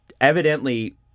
Evidently